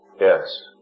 Yes